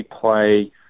play